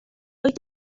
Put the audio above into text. wyt